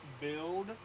build